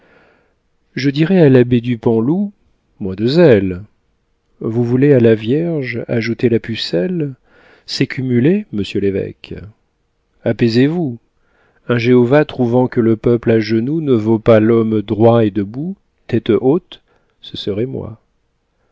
je dirais à l'abbé dupanloup moins de zèle vous voulez à la vierge ajouter la pucelle c'est cumuler monsieur l'évêque apaisez vous un jéhovah trouvant que le peuple à genoux ne vaut pas l'homme droit et debout tête haute ce serait moi